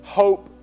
hope